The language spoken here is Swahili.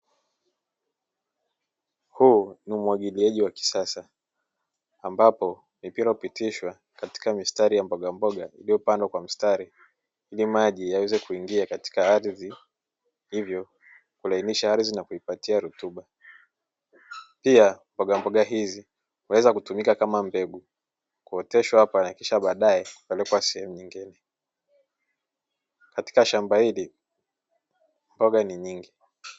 Huu ni umwagiliaji wa kisasa ambapo mipira hupitishwa katika mistari ya mbogamboga iliyopandwa kwa mstari ili maji yaweze kuingia katika ardhi hivyo kulainisha ardhi na kuipatia rutuba, pia mbogamboga hizi huweza kutumika kama mbegu kuoteshwa hapa na kisha baadae kupelekwa sehemu nyingine, katika shamba hili mboga ni nyingi.